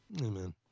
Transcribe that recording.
Amen